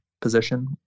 position